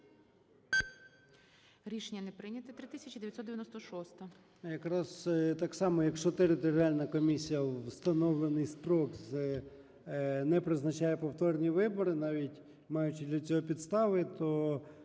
комісія у встановлений строк не призначає повторні вибори, навіть маючи для цього підстави,